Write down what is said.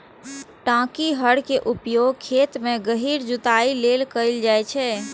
टांकी हर के उपयोग खेत मे गहींर जुताइ लेल कैल जाइ छै